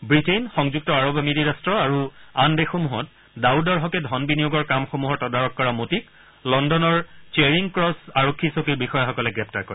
Britain সংযুক্ত আৰৱ আমিৰি ৰাট্ট আৰু আন দেশসমূহত ডাউদৰ হকে ধন বিনিয়োগৰ কামসমূহৰ তদাৰক কৰা মতিক লণ্ডনৰ চেৰিং ক্ৰছ আৰক্ষী চকীৰ বিষয়াসকলে গ্ৰেপ্তাৰ কৰে